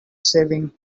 saving